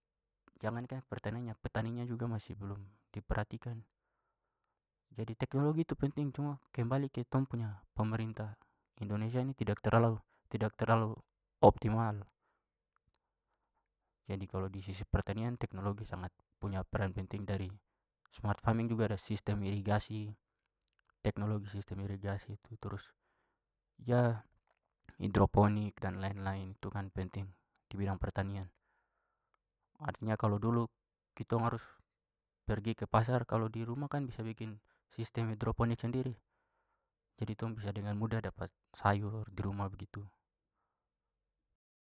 Jangankan pertaniannya petaninya juga masih belum diperhatikan. Jadi teknologi tu penting cuma kembali ke tong punya pemerintah indonesia ini tidak terlalu- tidak terlalu optimal. Jadi kalau di sisi pertanian teknologi sangat punya peran penting dari smart farming juga ada sistem irigasi- teknologi sistem irigasi tu trus hidroponik dll itu kan penting di bidang pertanian. Artinya kalo dulu kitong harus pergi ke pasar kalo di rumah kan bisa bikin sistem hidroponik sendiri jadi tong bisa dengan mudah dapat sayur di rumah begitu.